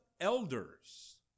elders